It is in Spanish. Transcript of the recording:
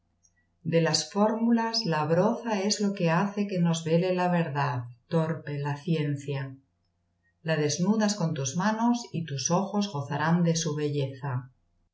de las fórmulas la broza es lo que hace que nos vele la verdad torpe la ciencia la desnudas con tus manos y tus ojos gozarán de su belleza